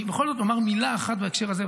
אני בכל זאת אומר מילה אחת בהקשר הזה,